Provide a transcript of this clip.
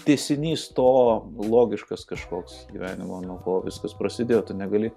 tęsinys to logiškas kažkoks gyvenimo nuo ko viskas prasidėjo tu negali